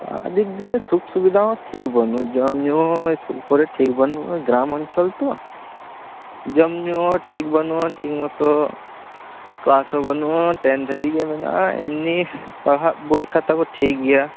ᱟ ᱰᱤ ᱫᱤᱠ ᱫᱤᱭᱮ ᱥᱩᱡᱩᱜ ᱥᱩᱵᱤᱫᱷᱟ ᱦᱚᱸ ᱴᱷᱤᱠ ᱵᱟ ᱱᱩᱜᱼᱟ ᱡᱚᱢᱼᱧᱩ ᱦᱚᱸ ᱤᱥᱠᱩᱞ ᱠᱚᱨᱮ ᱴᱷᱤᱠ ᱵᱟ ᱱᱩᱜ ᱟ ᱜᱨᱟᱢ ᱚᱧᱪᱚᱞ ᱛᱚ ᱡᱚᱢᱼᱧᱩ ᱦᱚᱸ ᱴᱷᱤᱠ ᱵᱟ ᱱᱩᱜ ᱟ ᱴᱷᱤᱠ ᱢᱚᱛᱚ ᱠᱞᱟᱥ ᱦᱚᱸ ᱵᱟ ᱱᱩᱜ ᱟ ᱴᱮᱱ ᱫᱷᱟᱵᱤᱡ ᱜᱮ ᱢᱮᱱᱟᱜ ᱟ ᱮᱢᱱᱤ ᱯᱟᱲᱦᱟᱜ ᱵᱳᱭ ᱠᱷᱟᱛᱟ ᱠᱚ ᱴᱷᱤᱠ ᱜᱮᱭᱟ